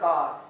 God